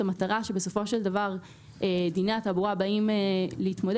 את המטרה שבסופו של דבר דיני התעבורה באים להתמודד